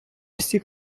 всі